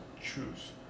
choose